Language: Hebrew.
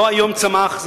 זה לא צמח היום,